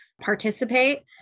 participate